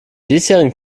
diesjährigen